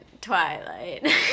twilight